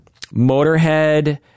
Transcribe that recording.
Motorhead